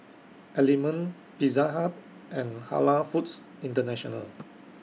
Element Pizza Hut and Halal Foods International